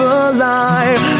alive